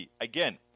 Again